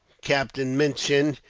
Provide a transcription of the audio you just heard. captain minchin,